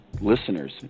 listeners